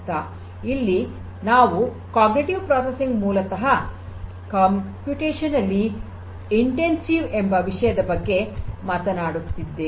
ಇಲ್ಲಿ ನಾವು cognitive processing ಮೂಲತಃ ಕಂಪ್ಯೂಟೇಷನಲಿ ಇಂಟೆನ್ಸಿವ್ ಎಂಬ ವಿಷಯದ ಬಗ್ಗೆ ಮಾತನಾಡುತ್ತಿದ್ದೇವೆ